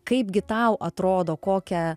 kaipgi tau atrodo kokią